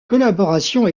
collaboration